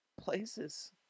places